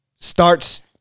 starts